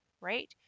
Right